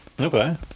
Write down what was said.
okay